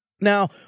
Now